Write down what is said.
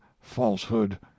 falsehood